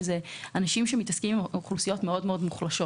שאלה אנשים שמתעסקים עם אוכלוסיות מאוד מאוד מוחלשות,